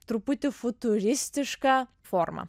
truputį futuristišką formą